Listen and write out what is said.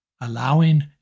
allowing